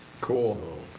Cool